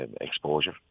exposure